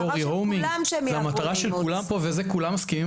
לעבור והמטרה של כולם וכולם מסכימים